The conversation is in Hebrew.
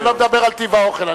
אני לא מדבר על טיב האוכל.